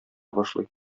башлый